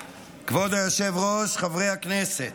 כבוד היושב-ראש, חברי הכנסת,